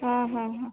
हां हां हां